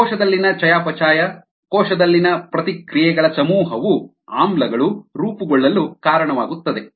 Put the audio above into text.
ಕೋಶದಲ್ಲಿನ ಚಯಾಪಚಯ ಕೋಶದಲ್ಲಿನ ಪ್ರತಿಕ್ರಿಯೆಗಳ ಸಮೂಹವು ಆಮ್ಲಗಳು ರೂಪುಗೊಳ್ಳಲು ಕಾರಣವಾಗುತ್ತದೆ